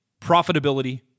profitability